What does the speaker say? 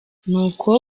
nuko